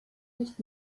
nicht